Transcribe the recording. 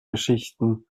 geschichten